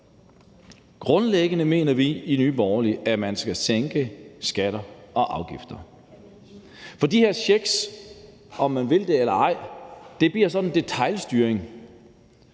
Grundlæggende mener vi i Nye Borgerlige, at man skal sænke skatter og afgifter, for de her checks, om man vil det eller ej, bliver sådan en detailstyring.